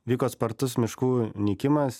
vyko spartus miškų nykimas